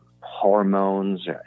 hormones